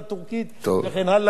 וכן הלאה וכן הלאה.